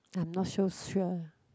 I'm not so sure